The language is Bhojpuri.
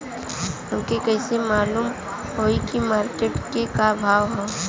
हमके कइसे मालूम होई की मार्केट के का भाव ह?